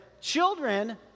Children